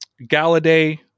Galladay